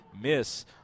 miss